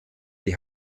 die